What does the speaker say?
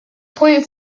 point